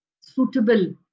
suitable